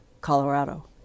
Colorado